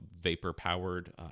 Vapor-powered